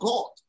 God